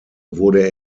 wurde